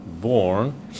born